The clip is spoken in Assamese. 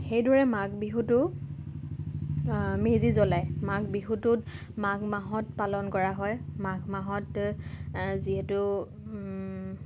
সেইদৰে মাঘ বিহুতো মেজি জ্বলায় মাঘ বিহুটো মাঘ মাহত পালন কৰা হয় মাঘ মাহত যিহেতু